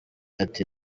ati